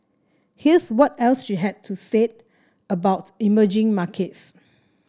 here's what else she had to say about emerging markets